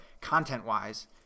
content-wise